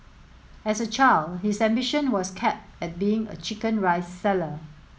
as a child his ambition was capped at being a chicken rice seller